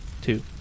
two